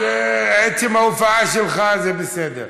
אז עצם ההופעה שלך זה בסדר.